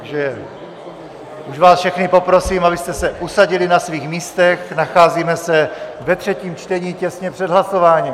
Už vás všechny poprosím, abyste se usadili na svých místech, nacházíme se ve třetím čtení těsně před hlasováním.